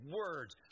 words